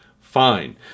fine